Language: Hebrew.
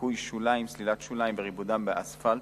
ניקוי שוליים, סלילת שוליים וריבודם באספלט.